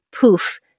poof